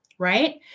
Right